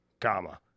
comma